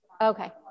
Okay